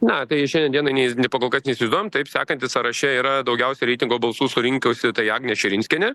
na tai šiandien dienai ne pakol kas neįsivaizduojam taip sakantis sąraše yra daugiausia reitingo balsų surinkusi tai agnė širinskienė